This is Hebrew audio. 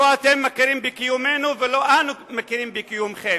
לא אתם מכירים בקיומנו ולא אנו מכירים בקיומכם,